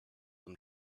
them